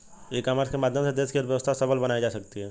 ई commerce के माध्यम से देश की अर्थव्यवस्था सबल बनाई जा सकती है